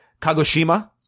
kagoshima